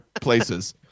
places